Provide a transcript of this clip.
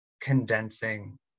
condensing